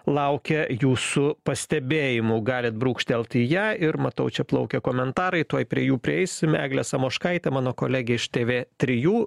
laukia jūsų pastebėjimų galit brūkštelt į ją ir matau čia plaukia komentarai tuoj prie jų prieisim eglė samoškaitė mano kolegė iš tėvė trijų